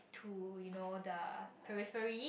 to you know the periphery